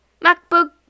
MacBook